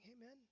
Amen